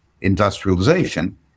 industrialization